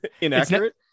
inaccurate